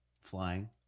Flying